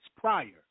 prior